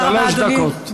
שלוש דקות.